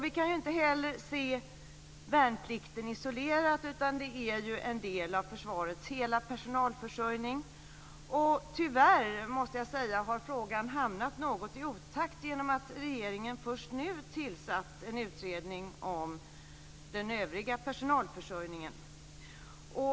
Vi kan inte heller se värnplikten isolerad, utan den är ju en del av försvarets hela personalförsörjning. Tyvärr, måste jag säga, har frågan hamnat något i otakt genom att regeringen först nu tillsatt en utredning om den övriga personalförsörjningen.